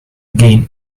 gain